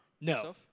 No